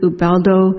Ubaldo